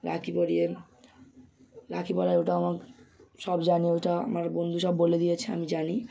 রাখি পরিয়ে রাখি পরায় ওটা আমার সব জানি ওইটা আমার বন্ধু সব বলে দিয়েছে আমি জানি